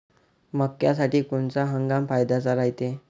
मक्क्यासाठी कोनचा हंगाम फायद्याचा रायते?